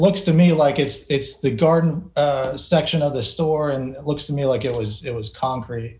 looks to me like it's the garden section of the store and it looks to me like it was there was concrete